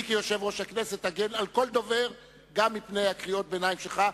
אני כיושב-ראש הכנסת אגן על כל דובר גם מפני קריאות הביניים שלך,